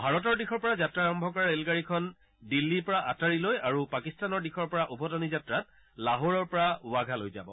ভাৰতৰ দিশৰ পৰা যাত্ৰা আৰম্ভ কৰা ৰে'লগাড়ীখন দিল্লীৰ পৰা আটাৰিলৈ আৰু পাকিস্তানৰ দিশৰ পৰা ওভতনি যাত্ৰাত লাহোৰৰ পৰা ৱাঘালৈ যাব